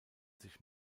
sich